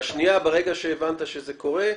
והשנייה ברגע שהבנת שזה קורה,